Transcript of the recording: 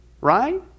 right